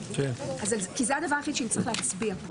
כי זה הדבר היחיד שנצטרך להצביע.